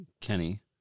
Kenny